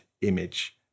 image